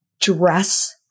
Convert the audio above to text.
dress